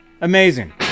Amazing